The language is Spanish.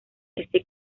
ese